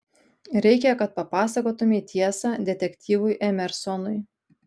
reikia kad papasakotumei tiesą detektyvui emersonui